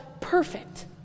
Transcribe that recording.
perfect